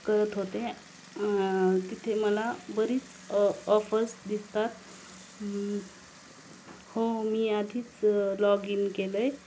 करत होते तिथे मला बरीच ऑ ऑफर्स दिसतात हो मी आधीच लॉग इन केलं आहे